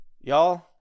Y'all